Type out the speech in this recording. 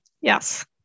Yes